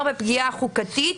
ומדובר בפגיעה חוקתית,